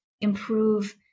improve